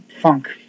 funk